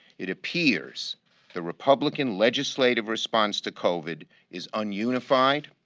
it appears the republican legislative response to covid is and unified,